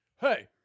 hey